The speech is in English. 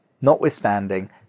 notwithstanding